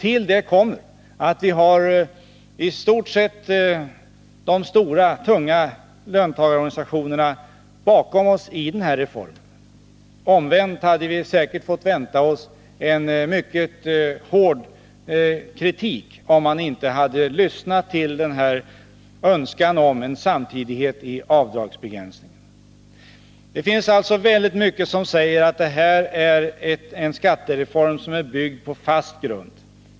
Till detta kommer att vi när det gäller denna reformi stort sett har de stora, tunga löntagarorganisationerna bakom oss. Omvänt hade vi säkert fått vänta oss mycket hård kritik, om vi inte hade lyssnat till denna önskan om samtidighet i avdragsbegränsningen. Det finns alltså mycket som säger att detta är en skattereform som är byggd på fast grund.